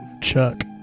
Chuck